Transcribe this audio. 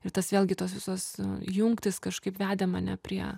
ir tas vėlgi tos visos jungtys kažkaip vedė mane prie